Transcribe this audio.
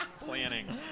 Planning